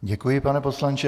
Děkuji, pane poslanče.